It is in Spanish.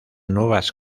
nuevas